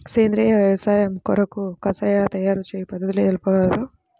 సేంద్రియ వ్యవసాయము కొరకు కషాయాల తయారు చేయు పద్ధతులు తెలుపగలరు?